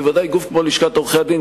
בוודאי גוף כמו לשכת עורכי-הדין,